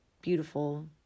beautiful